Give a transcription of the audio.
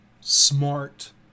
smart